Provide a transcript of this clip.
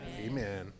Amen